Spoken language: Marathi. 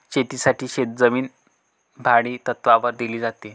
शेतीसाठी शेतजमीन भाडेतत्त्वावर दिली जाते